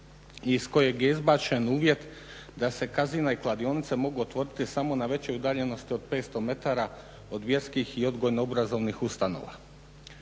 iz kojeg je izbačen uvjet da se casina i kladionice mogu otvoriti samo na većoj udaljenosti od 500 metara o vjerskih i odgojno obrazovnih ustanova.